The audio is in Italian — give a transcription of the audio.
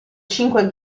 cinque